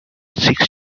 six